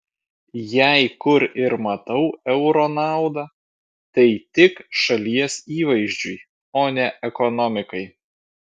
jei kur ir matau euro naudą tai tik šalies įvaizdžiui o ne ekonomikai